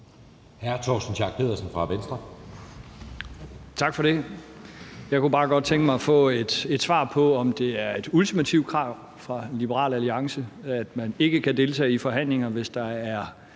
14:26 Torsten Schack Pedersen (V): Tak for det. Jeg kunne bare godt tænke mig at få et svar på, om det er et ultimativt krav fra Liberal Alliance, at man ikke kan deltage i forhandlinger, hvis der er